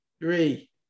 Three